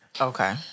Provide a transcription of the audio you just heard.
Okay